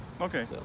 Okay